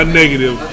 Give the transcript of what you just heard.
negative